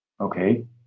Okay